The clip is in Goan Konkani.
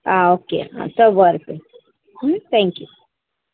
आं ओके आं चल बरें तर थँक्यू